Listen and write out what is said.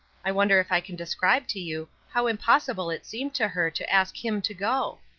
i wonder if i can describe to you how impossible it seemed to her to ask him to go?